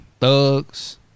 Thugs